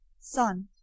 Son